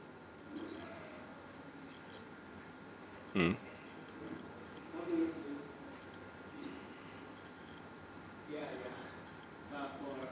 mm